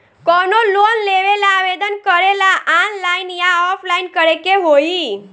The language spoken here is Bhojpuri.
कवनो लोन लेवेंला आवेदन करेला आनलाइन या ऑफलाइन करे के होई?